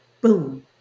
boom